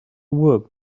work